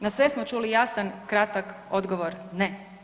Na sve smo čuli jasan kratak odgovor, ne.